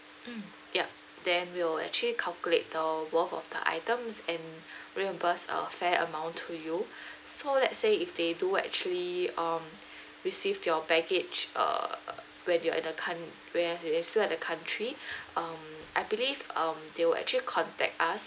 mm yup then we will actually calculate the worth of the items and reimburse a fair amount to you so let's say if they do actually um receive your baggage err when you're at the coun~ when you're still at the country um I believe um they will actually contact us